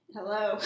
Hello